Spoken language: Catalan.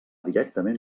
directament